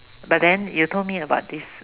but then you told me about this